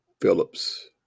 Phillips